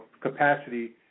capacity